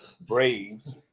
Braves